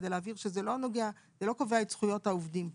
כדי להבהיר שזה לא קובע את זכויות העובדים פה.